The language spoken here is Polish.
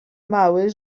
mały